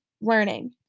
learning